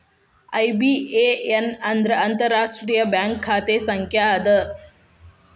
IBAN ಅಂದ್ರ ಅಂತಾರಾಷ್ಟ್ರೇಯ bank ಖಾತೆ ಸಂಖ್ಯಾ ಅದ